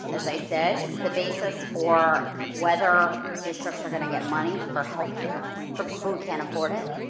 as i said, it's the basis for whether districts are gonna get money for healthcare for people who can't afford it,